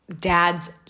dad's